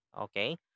Okay